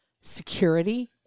security